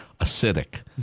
acidic